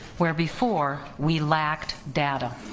where before we lacked data.